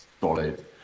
solid